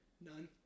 None